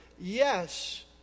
yes